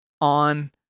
on